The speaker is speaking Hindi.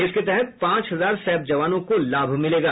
इसके तहत पांच हजार सैप जवानों को लाभ मिलेगा